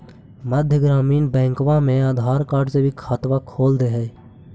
मध्य ग्रामीण बैंकवा मे आधार कार्ड से भी खतवा खोल दे है?